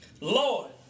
Lord